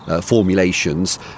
formulations